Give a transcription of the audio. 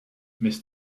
missed